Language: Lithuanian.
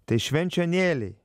tai švenčionėliai